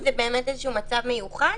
קניון זה מצב מיוחד,